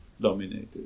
dominated